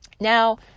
Now